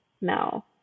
no